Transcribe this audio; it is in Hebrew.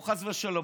חס ושלום,